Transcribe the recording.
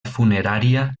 funerària